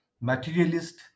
materialist